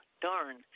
darn